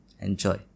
Enjoy